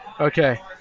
okay